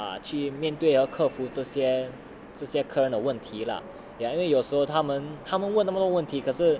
ah 去面对和克服这些这些客人的问题 lah ya 因为有时候他们他们问这么多问题可是